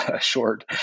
short